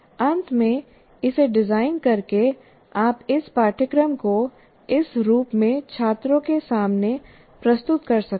अंत में इसे डिजाइन करके आप इस पाठ्यक्रम को इस रूप में छात्रों के सामने प्रस्तुत कर सकते हैं